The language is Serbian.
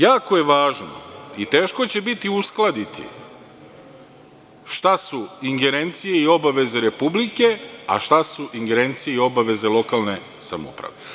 Jako je važno i teško će biti uskladiti šta su ingerencije i obaveze Republike, a šta su ingerencije i obaveze lokalne samouprave.